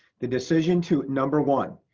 the decision to number one,